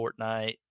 Fortnite